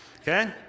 Okay